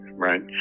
Right